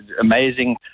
amazing